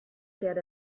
get